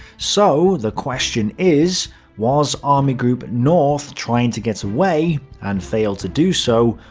so, the question is was army group north trying to get away and failed to do so,